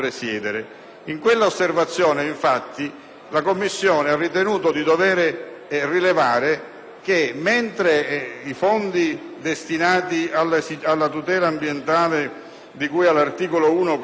la Commissione ha ritenuto di dovere rilevare che, mentre i fondi destinati alla tutela ambientale, di cui all'articolo 1, comma 432, della legge n. 266